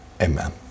Amen